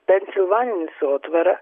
pensilvaninė sotvara